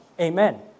amen